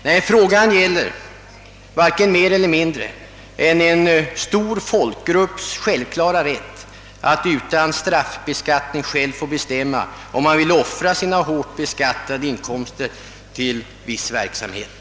Nej, frågan gäller varken mer eller mindre än en stor folkgrupps självklara rätt att utan straffbeskattning själv bestämma om man vill offra sina hårt beskattade inkomster för viss verksamhet.